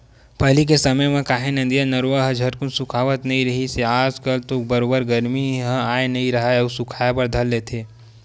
पहिली के समे म काहे नदिया, नरूवा ह झटकून सुखावत नइ रिहिस हे आज कल तो बरोबर गरमी ह आय नइ राहय अउ सुखाय बर धर लेथे